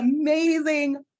amazing